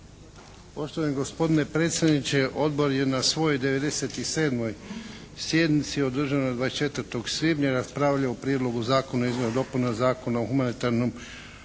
Poštovani gospodine predsjedniče! Odbor je na svojoj 97. sjednici održanoj 24. svibnja raspravljao o Prijedlogu zakona o izmjenama i dopunama Zakona o humanitarnom